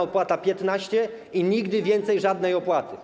opłata 15% i nigdy więcej żadnej opłaty.